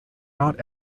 not